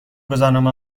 گذرنامه